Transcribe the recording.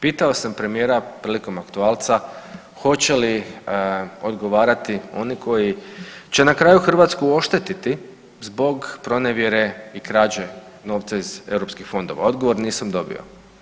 Pitao sam premijera prilikom aktualca hoće li odgovarati oni koji će na kraju Hrvatsku oštetiti zbog pronevjere i krađe novca iz europskih fondova, odgovor nisam dobio.